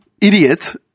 idiot